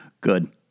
good